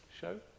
show